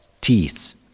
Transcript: teeth